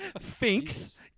Finks